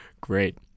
Great